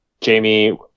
Jamie